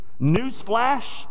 newsflash